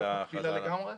מקבילה לגמרי?